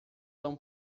tão